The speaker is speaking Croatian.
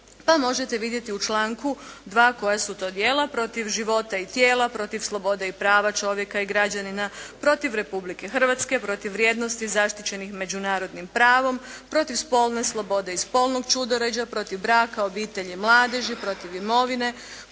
možete vidjeti u članku 2. koja su to djela protiv života i tijela, protiv slobode i prava čovjeka i građanina, protiv Republike Hrvatske, protiv vrijednosti zaštićenih međunarodnim pravom, protiv spolne slobode i spolnog ćudoređa, protiv braka, obitelji i mladeži, protiv imovine,